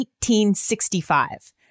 1865